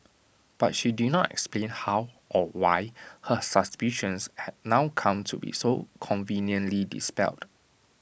but she did not explain how or why her suspicions had now come to be so conveniently dispelled